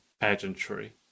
pageantry